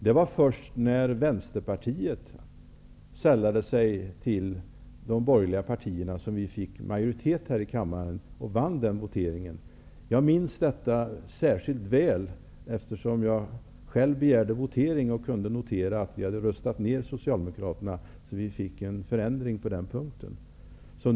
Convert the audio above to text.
Det var först när Vänsterpartiet sällade sig till de borgerliga partierna som vi fick majoritet i kammaren och vann i voteringen. Jag minns det särskilt väl, eftersom jag själv begärde votering och kunde notera att vi hade röstat ner Socialdemokraterna så att det kunde bli en förändring på den punkten.